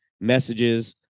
messages